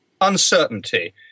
uncertainty